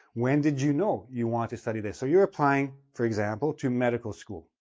when did you know you wanted to study this? so, you're applying, for example, to medical school,